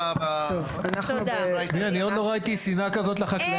האלה: שחיטה או נקיעת צוואר בידי אדם המיומן לכך.